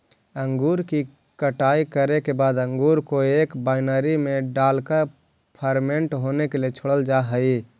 अंगूर की कटाई करे के बाद अंगूर को एक वायनरी में डालकर फर्मेंट होने के लिए छोड़ल जा हई